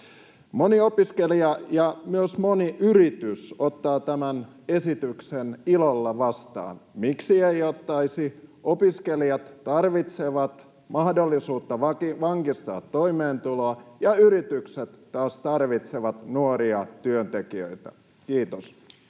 Moni opiskelija ja myös moni yritys ottaa tämän esityksen ilolla vastaan. Miksi ei ottaisi — opiskelijat tarvitsevat mahdollisuutta vankistaa toimeentuloa, ja yritykset taas tarvitsevat nuoria työntekijöitä. — Kiitos.